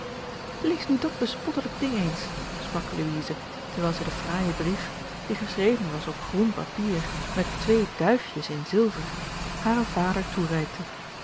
lees nu dat bespottelijk ding eens sprak louise terwijl zij den fraaijen brief die geschreven was op groen papier met twee duifjes in zilver haren vader toereikte